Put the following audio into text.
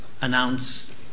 announce